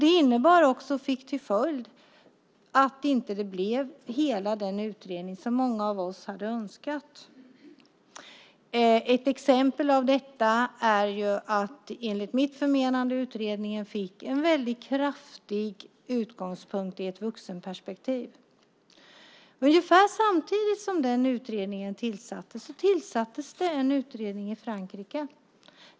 Det innebar och fick till följd att det inte blev hela den utredning som många av oss hade önskat. Ett exempel är att utredningen enligt mitt förmenande fick en utgångspunkt i ett kraftigt vuxenperspektiv. Ungefär samtidigt som den utredningen tillsattes tillsatte man en utredning i Frankrike.